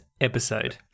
episode